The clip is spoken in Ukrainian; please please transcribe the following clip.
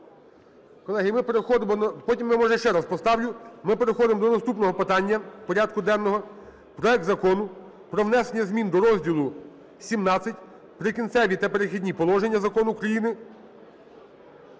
поставлю. Ми переходимо до наступного питання порядку денного: проект Закону про внесення змін до розділу XVII "Прикінцеві та перехідні положення" Закону України